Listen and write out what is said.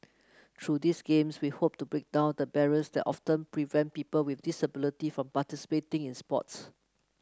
through these Games we hope to break down the barriers that often prevent people with disability from participating in sport